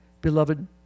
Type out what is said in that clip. Beloved